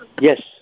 Yes